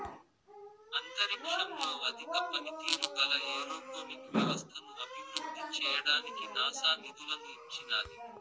అంతరిక్షంలో అధిక పనితీరు గల ఏరోపోనిక్ వ్యవస్థను అభివృద్ధి చేయడానికి నాసా నిధులను ఇచ్చినాది